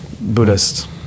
Buddhist